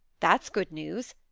that's good news!